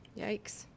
Yikes